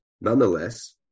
nonetheless